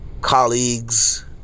colleagues